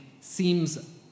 seems